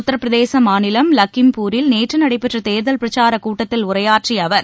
உத்தரபிரதேச மாநிலம் லக்கீம்பூரில் நேற்று நடைபெற்ற தேர்தல் பிரச்சாரக் கூட்டத்தில் உரையாற்றிய அவர்